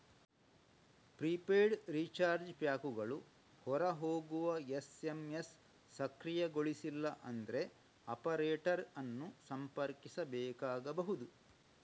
prepaid recharge ಪ್ಯಾಕುಗಳು ಹೊರ ಹೋಗುವ ಎಸ್.ಎಮ್.ಎಸ್ ಸಕ್ರಿಯಗೊಳಿಸಿಲ್ಲ ಅಂದ್ರೆ ಆಪರೇಟರ್ ಅನ್ನು ಸಂಪರ್ಕಿಸಬೇಕಾಗಬಹುದು